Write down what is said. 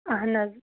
اَہَن حظ